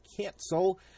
cancel